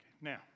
Now